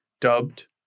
dubbed